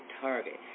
target